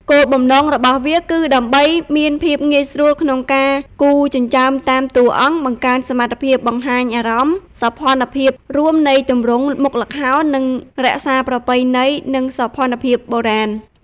គោលបំណងរបស់វាគឺដើម្បី មានភាពងាយស្រួលក្នុងការគូរចិញ្ចើមតាមតួអង្គ បង្កើនសមត្ថភាពបង្ហាញអារម្មណ៍ សោភ័ណភាពរួមនៃទម្រង់មុខល្ខោន និងរក្សាប្រពៃណីនិងសោភ័ណភាពបុរាណ។